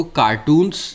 cartoons